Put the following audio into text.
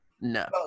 No